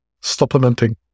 supplementing